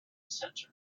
centre